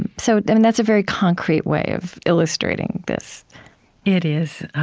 and so that's a very concrete way of illustrating this it is.